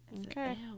Okay